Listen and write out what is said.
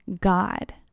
god